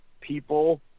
people